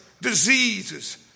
diseases